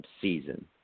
Season